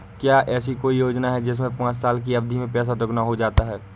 क्या ऐसी कोई योजना है जिसमें पाँच साल की अवधि में पैसा दोगुना हो जाता है?